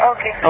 Okay